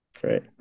Great